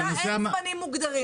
אז למעבדה אין זמנים מוגדרים,